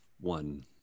one